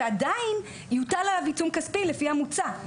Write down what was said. ועדיין יוטל עליו עיצום כספי לפי המוצע.